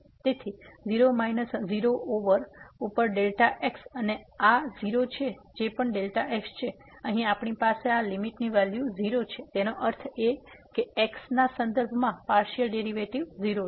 તેથી 0 minus 0 over ઉપર x અને આ 0 છે જે પણ x છે અહીં આપણી પાસે આ લીમીટ ની વેલ્યુ 0 છે તેનો અર્થ એ કે x ના સંદર્ભમાં પાર્સીઅલ ડેરીવેટીવ 0 છે